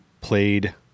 played